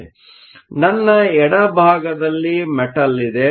ಆದ್ದರಿಂದ ನನ್ನ ಎಡಭಾಗದಲ್ಲಿ ಮೆಟಲ್ ಇದೆ